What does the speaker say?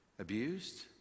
Abused